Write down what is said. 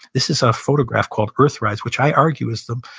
this is a photograph called earthrise, which i argue is the,